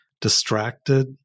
distracted